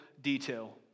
detail